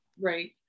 Right